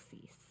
cease